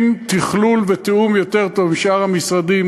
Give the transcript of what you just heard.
עם תכלול ותיאום יותר טובים עם שאר המשרדים,